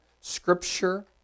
scripture